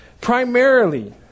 Primarily